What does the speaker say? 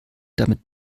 damit